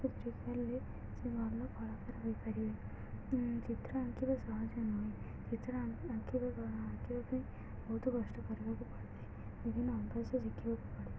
ଟ୍ରିକାଲରେ ସେ ଭଲ କଳାକାର ହୋଇପାରିବେ ଚିତ୍ର ଆଙ୍କିବା ସହଜ ନୁହେଁ ଚିତ୍ର ଆ ଆଙ୍କିବା ଆଙ୍କିବା ପାଇଁ ବହୁତ କଷ୍ଟ କରିବାକୁ ପଡ଼ିଥାଏ ବିଭିନ୍ନ ଅଭ୍ୟାସ ଶିଖିବାକୁ ପଡ଼ିଥାଏ